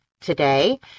today